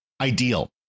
ideal